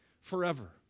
forever